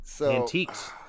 Antiques